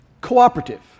cooperative